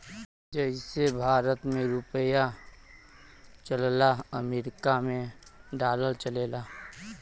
जइसे भारत मे रुपिया चलला अमरीका मे डॉलर चलेला